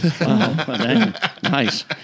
Nice